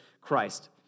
Christ